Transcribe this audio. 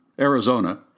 Arizona